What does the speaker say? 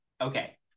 Okay